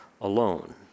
alone